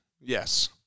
Yes